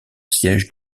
siège